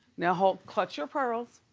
now hold, clutch your pearls.